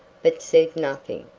but said nothing.